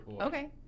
Okay